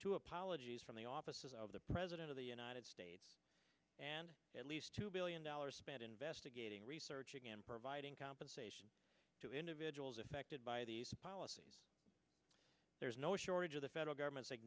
to apologies from the offices of the president of the united states and at least two billion dollars spent investigating researching and providing compensation to individuals affected by these policies there's no shortage of the federal government's